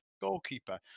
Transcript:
goalkeeper